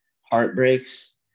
heartbreaks